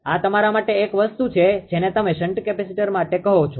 આ તમારા માટે એક વસ્તુ છે જેને તમે શન્ટ કેપેસિટર માટે કહો છો